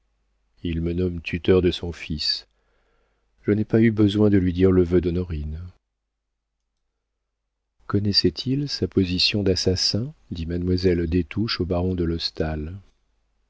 il me nomme tuteur de son fils je n'ai pas eu besoin de lui dire le vœu d'honorine connaissait-il sa position d'assassin dit mademoiselle des touches au baron de